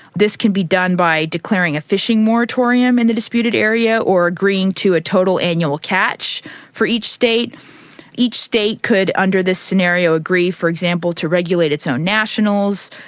this can be done by declaring a fishing moratorium in the disputed area, or agreeing to a total annual catch for each state each state could, under this scenario, agree, for example, to regulate its own nationals.